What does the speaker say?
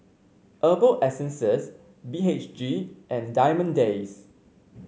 Herbal Essences B H G and Diamond Days